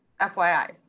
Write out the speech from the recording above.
FYI